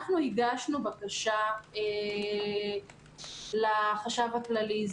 אנחנו הגשנו בקשה לחשב הכללי,